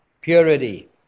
purity